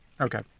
Okay